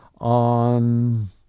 on